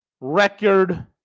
record